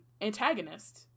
antagonist